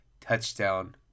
touchdown